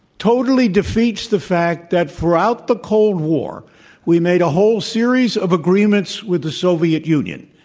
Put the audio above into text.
totally defeats the fact that throughout the cold war we made a whole series of agreements with the soviet union.